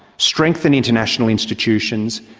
strengthen international institutions,